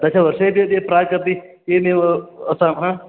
दशवर्षेभ्यः प्राक् अपि एवमेव वसामः